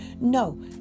No